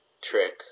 trick